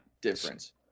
difference